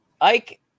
Ike